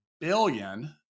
billion